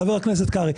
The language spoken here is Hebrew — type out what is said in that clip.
חבר הכנסת קרעי,